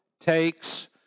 takes